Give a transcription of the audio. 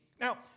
Now